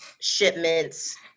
shipments